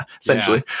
essentially